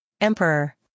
Emperor